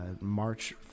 March